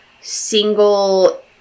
single